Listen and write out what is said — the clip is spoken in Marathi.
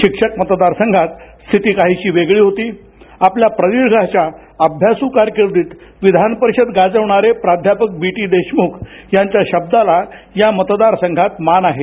शिक्षक मतदारसंघात स्थिती काहीशी वेगळी होती आपल्या प्रदीर्घ अशा अभ्यासू कारकिर्दीत विधानपरिषद गाजवणारे प्राध्यापक बी टी देशमुख यांच्या शब्दाला या मतदारसंघात मान आहे